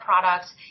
products